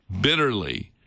bitterly